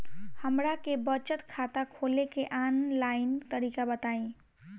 हमरा के बचत खाता खोले के आन लाइन तरीका बताईं?